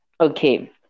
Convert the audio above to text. Okay